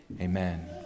Amen